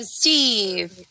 Steve